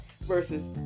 versus